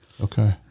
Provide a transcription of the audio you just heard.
Okay